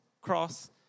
cross